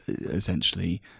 essentially